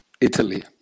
Italy